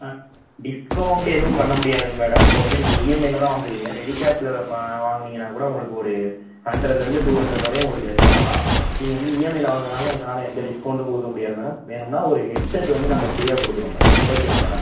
ஆ discount எதுவும் பண்ண முடியாது மேடம் இப்போது வந்து நீங்கள் இஎம்ஐல தான் வாங்குறீங்க ரெடி கேஷ்ல இப்போ வாங்குனீங்கன்னால் கூட உங்களுக்கு ஒரு ஹண்ட்ரட்லருந்து டூ ஹண்ட்ரட் வரையும் உங்களுக்கு லெஸ் பண்ணலாம் நீங்கள் வந்து இஎம்ஐல வாங்குறதனால எங்களால் எந்த டிஸ்கௌண்ட்டும் கொடுக்க முடியாது மேடம் வேணும்னால் ஒரு ஹெட்செட் வந்து நாங்கள் ஃப்ரீயாக கொடுக்குறோம் மேடம் ஓகேவா மேடம்